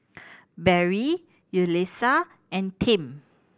Barry Yulissa and Tim